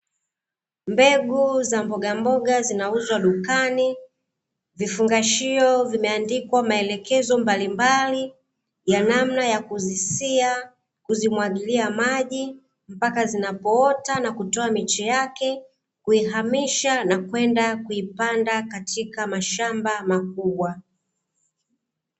Mbegu za mbogamboga zinauzwa dukani, vifungashio vimeandikwa maelekezo mbalimbali, ya namna ya kuzisia, kuzimwagilia maji, mpaka zinapoota na kutoa miche yake, kuihamisha na kwenda kuipanda katika mashamba makubwa.